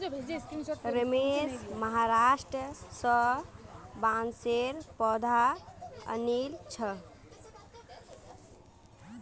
रमेश महाराष्ट्र स बांसेर पौधा आनिल छ